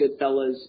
Goodfellas